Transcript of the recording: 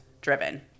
driven